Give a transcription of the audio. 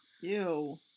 Ew